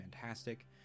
fantastic